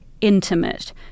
intimate